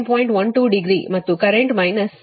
12 degree ಮತ್ತು current minus 30